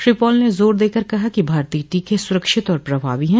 Shri Paul ने जोर देकर कहा कि भारतीय टीके सुरक्षित और प्रभावी हैं